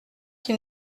qui